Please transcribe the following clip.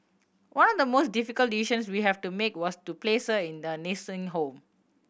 one of the most difficult decisions we had to make was to place her in a nursing home